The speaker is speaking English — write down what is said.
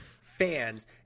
fans